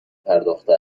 پرداخته